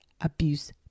abuse